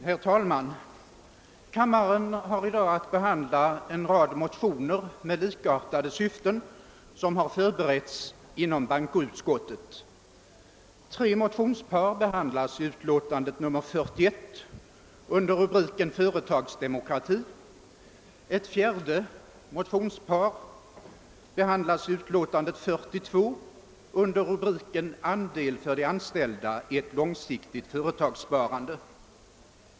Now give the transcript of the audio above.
Herr talman! Kammaren har i dag att behandla en rad motioner med likartade syften som har beretts inom bankoutskottet. Tre motionspar behandlas i utlåtande nr 41 under rubriken »företagsdemokrati». Ett fjärde motionspar behandlas i utlåtande nr 42 under rubriken »andel för de anställda i ett långsiktigt företagssparande».